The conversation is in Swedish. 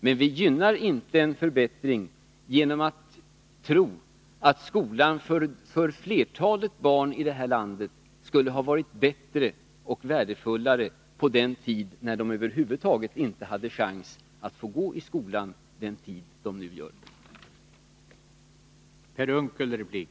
Men vi gynnar inte en förbättring genom att tro att skolan för flertalet barn i vårt land skulle ha varit bättre och värdefullare på den tid när de över huvud taget inte hade chans att få gå i skolan den tid som de nu fullgör.